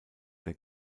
der